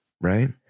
right